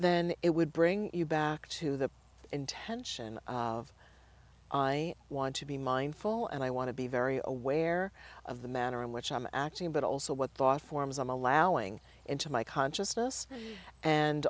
then it would bring you back to the intention of i want to be mindful and i want to be very aware of the manner in which i'm actually in but also what thought forms i'm allowing into my consciousness and